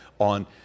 on